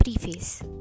preface